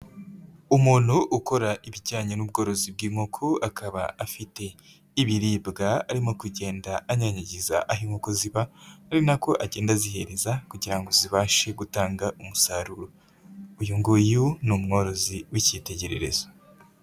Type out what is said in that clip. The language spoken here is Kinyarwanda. Umuntu ukora ibijyanye n'ubworozi bw'inkoko akaba afite ibiribwa arimo kugenda anyanyagiza aho inkoko ziba, ari na ko agenda azihereza kugira ngo zibashe gutanga umusaruro, uyu nguyu ni umworozi w'ikitegererezo.